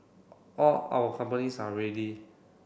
all our companies are ready